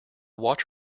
watch